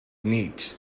neat